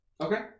Okay